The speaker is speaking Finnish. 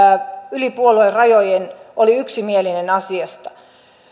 yli puoluerajojen oli yksimielinen asiasta